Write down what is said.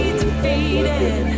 defeated